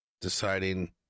deciding